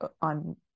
on